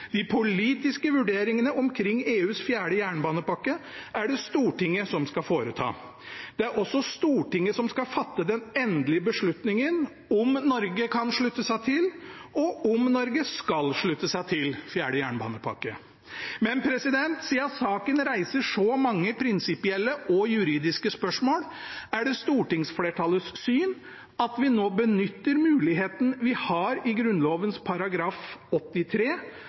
De politiske vurderingene omkring EUs fjerde jernbanepakke er det Stortinget som skal foreta. Det er også Stortinget som skal fatte den endelige beslutningen om Norge kan slutte seg til, og om Norge skal slutte seg til fjerde jernbanepakke. Men siden saken reiser så mange prinsipielle og juridiske spørsmål, er det stortingsflertallets syn at vi nå benytter muligheten vi har i Grunnloven § 83,